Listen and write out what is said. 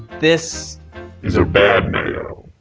this is a bad mayo.